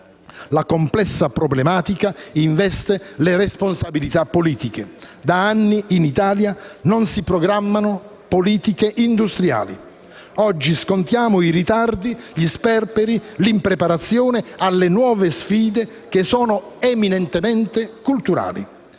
La complessa problematica investe le responsabilità politiche. Da anni in Italia non si programmano politiche industriali. Oggi scontiamo i ritardi, gli sperperi, l'impreparazione alle nuove sfide che sono eminentemente culturali,